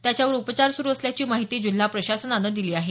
त्याच्यावर उपचार सुरु असल्याची माहिती जिल्हा प्रशासनानं दिली आहे